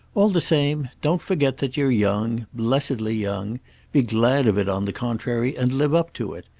all the same don't forget that you're young blessedly young be glad of it on the contrary and live up to it.